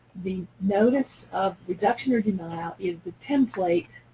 the notice of reduction or denial is the template,